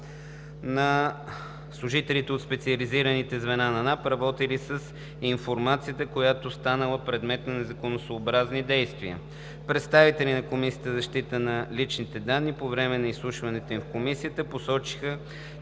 на служителите от специализираните звена на НАП, работили с информацията, която е станала предмет на незаконосъобразни действия. Представителите на Комисията за защита на личните данни по време на изслушването им в Комисията посочиха,